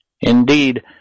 Indeed